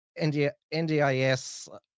NDIS